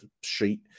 sheet